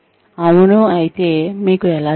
అవును ఐతే మీకు ఎలా తెలుసు